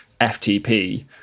FTP